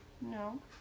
No